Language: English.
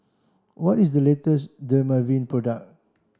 what is the latest Dermaveen product